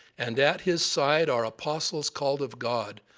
and at his side are apostles called of god,